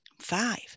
Five